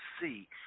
see